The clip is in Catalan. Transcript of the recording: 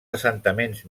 assentaments